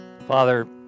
Father